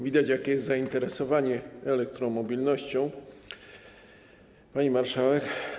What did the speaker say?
Widać, jakie jest zainteresowanie elektromobilnością, pani marszałek.